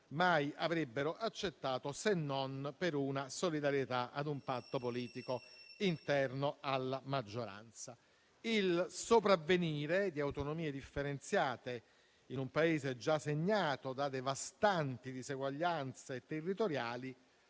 mai avrebbero accettato, se non per solidarietà con un patto politico interno alla maggioranza. Il sopravvenire di autonomie differenziate in un Paese già segnato da devastanti diseguaglianze territoriali